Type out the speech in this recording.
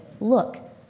look